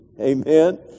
Amen